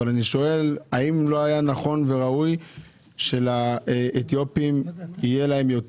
אבל האם לא היה נכון וראוי שלאתיופים יהיה יותר גם